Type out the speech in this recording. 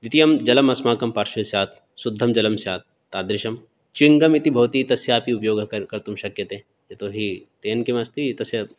द्वितीयं जलमस्माकं पार्श्वे स्यात् शुद्धं जलं स्यात् तादृशं च्यूयङ्ग् गम् इति भवति तस्यापि उपयोगः कर् कर्तुं शक्यते यतोहि तेन किम् अस्ति तस्य